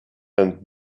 and